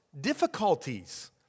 difficulties